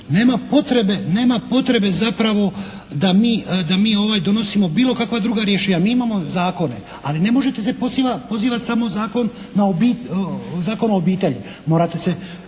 nema potrebe zapravo da mi donosimo bilo kakva druga rješenja. Mi imamo zakone, ali ne možete se pozivati samo na Zakon o obitelji. Morate se,